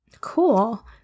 Cool